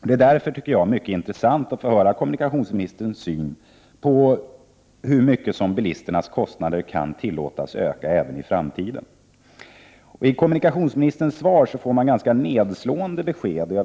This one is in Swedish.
Det är därför mycket intressant att få höra kommunikationsministerns syn på hur mycket bilisternas kostnader kan tillåtas öka även i framtiden. I kommunikationsministerns svar får man ganska nedslående besked. Jag Prot.